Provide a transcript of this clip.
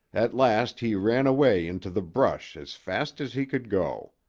at last he ran away into the brush as fast as he could go.